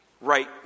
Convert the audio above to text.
right